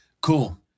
cool